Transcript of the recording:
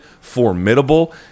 formidable